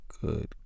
good